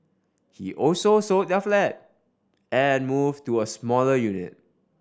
he also sold their flat and moved to a smaller unit